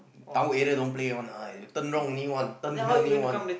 tower area don't play want lah turn wrong only one turn here only one